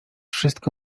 wszystko